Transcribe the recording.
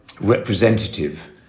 representative